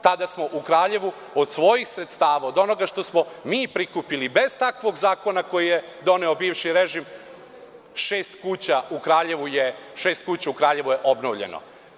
Tada smo u Kraljevu od svojih sredstava, od onoga što smo mi prikupili, bez takvog zakona koji je doneo bivši režim, šest kuća u Kraljevu je obnovljeno.